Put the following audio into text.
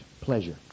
pleasure